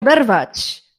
oderwać